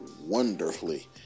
wonderfully